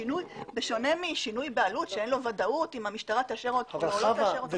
בשונה משינוי בעלות שאין לו ודאות אם המשטרה תאשר או לא תאשר לו,